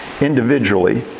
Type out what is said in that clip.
individually